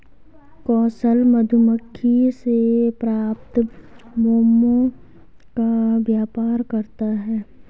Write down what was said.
कौशल मधुमक्खी से प्राप्त मोम का व्यापार करता है